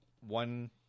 one